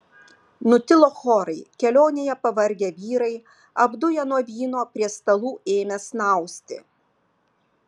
nutilo chorai kelionėje pavargę vyrai apduję nuo vyno prie stalų ėmė snausti